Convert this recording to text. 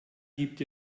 gibt